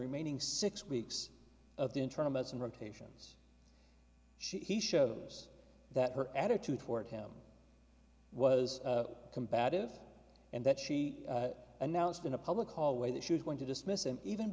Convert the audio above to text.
remaining six weeks of the internal medicine rotations she showed us that her attitude toward him was combative and that she announced in a public hallway that she was going to dismiss him even